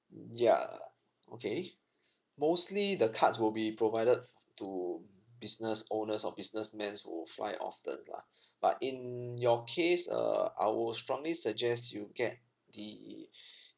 ya okay mostly the cards will be provided f~ to business owners or businessmens who fly often lah but in your case uh I will strongly suggest you get the